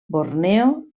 borneo